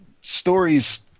stories